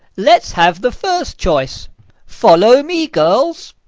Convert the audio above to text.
let's have the first choice follow me, girls.